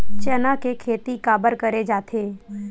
चना के खेती काबर करे जाथे?